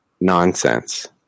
nonsense